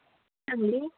सांगली